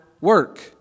work